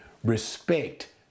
respect